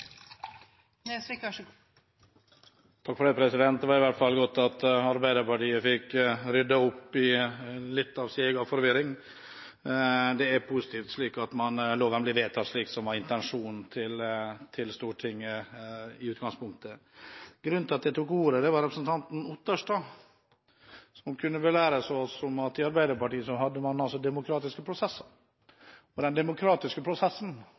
Det var i hvert fall godt at Arbeiderpartiet fikk ryddet opp i litt av sin egen forvirring. Det er positivt, slik at loven blir vedtatt slik som Stortingets intensjon var i utgangspunktet. Grunnen til at jeg tok ordet, var representanten Otterstad, som kunne belære oss om at i Arbeiderpartiet hadde man demokratiske prosesser. Og den demokratiske prosessen